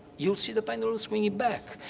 you'll see the pendulum swinging back.